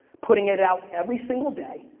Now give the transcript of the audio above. putting it it out every single day.